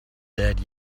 dead